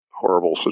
horrible